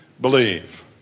believe